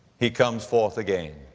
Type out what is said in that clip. he comes forth again,